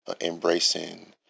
embracing